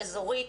אזורית,